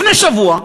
לפני שבוע,